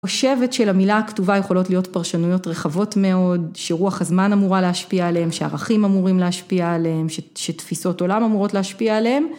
‫אני חושבת שלמילה הכתובה ‫יכולות להיות פרשנויות רחבות מאוד, ‫שרוח הזמן אמורה להשפיע עליהן, ‫שערכים אמורים להשפיע עליהן, ‫שתפיסות עולם אמורות להשפיע עליהן.